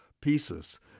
pieces